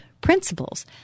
principles